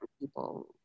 people